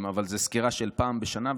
אבל זו סקירה של פעם בשנה,